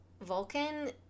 Vulcan